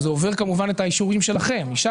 וזה עובר כמובן את האישורים שלכם אישה